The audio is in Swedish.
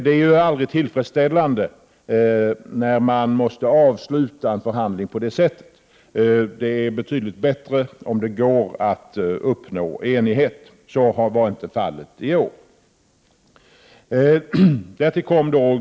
Det är aldrig tillfredsställande när en förhandling måste avslutas på det sätt som har skett. Det är betydligt bättre om det går att uppnå enighet. Så var inte fallet i år.